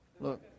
Look